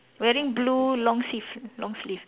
wearing blue long sleeve long sleeve